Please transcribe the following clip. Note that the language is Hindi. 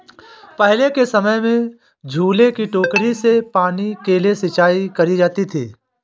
पहले के समय में झूले की टोकरी से पानी लेके सिंचाई करी जाती थी